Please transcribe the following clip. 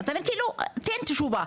תיתן תשובה,